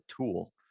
tool